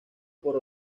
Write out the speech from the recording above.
por